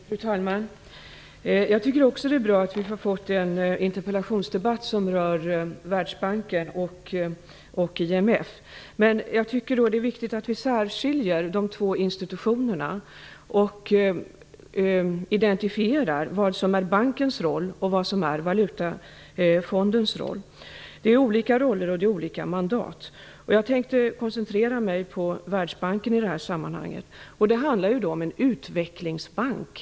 Fru talman! Jag tycker också att det är bra att vi har fått en interpellationsdebatt som rör Världsbanken och IMF. Men det är viktigt att vi särskiljer de två institutionerna och identifierar vad som är bankens roll och vad som är Valutafondens roll. Det är olika roller och olika mandat. Jag tänkte koncentrera mig på Världsbanken i det här sammanhanget. Det handlar om en utvecklingsbank.